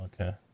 okay